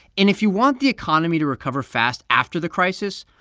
and if you want the economy to recover fast after the crisis,